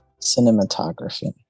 cinematography